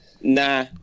Nah